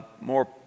more